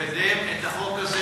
לקדם את החוק הזה,